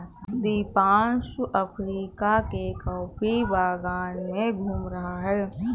Deepanshu Africa के coffee बागान में घूम रहा है